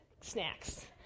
snacks